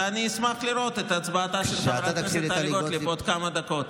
ואני אשמח לראות את הצבעתה של חברת הכנסת טלי גוטליב בעוד כמה דקות.